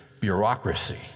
bureaucracy